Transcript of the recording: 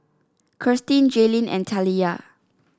Kirstin Jailyn and Taliyah